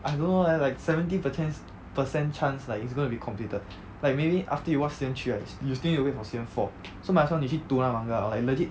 I don't know leh like seventy perchance percent chance like it's going to be completed like maybe after you watch season three right y~ you still need to wait for season four so might as well 你去读那个 manga lor like legit